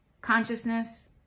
consciousness